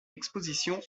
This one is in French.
exposition